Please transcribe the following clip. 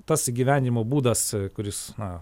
tas gyvenimo būdas kuris na